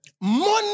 Money